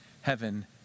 heaven